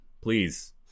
please